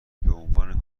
بعنوان